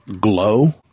Glow